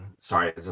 sorry